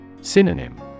Synonym